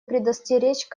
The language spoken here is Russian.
предостеречь